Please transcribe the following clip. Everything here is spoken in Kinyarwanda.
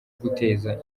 guteza